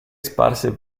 sparsi